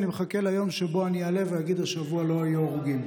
אני מחכה ליום שבו אני אעלה ואגיד: השבוע לא היו הרוגים.